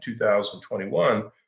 2021